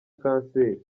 kanseri